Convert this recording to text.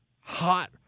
hot